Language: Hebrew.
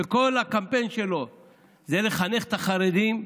שכל הקמפיין שלו זה לחנך את החרדים,